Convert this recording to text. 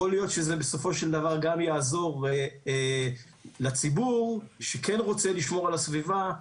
יכול להיות שזה בסופו של דבר גם יעזור לציבור שכן רוצה לשמור על הסביבה,